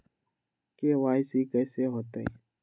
KYC कैसे होतई?